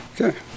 Okay